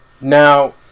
Now